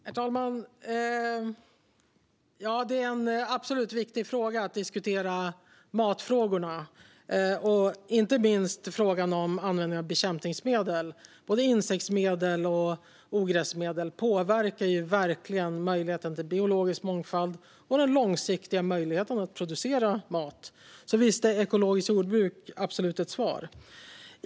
Herr talman! Det är absolut viktigt att diskutera matfrågorna, inte minst frågan om användning av bekämpningsmedel. Både insektsmedel och ogräsmedel påverkar verkligen möjligheten till biologisk mångfald och den långsiktiga möjligheten att producera mat. Visst är ekologiskt jordbruk ett svar.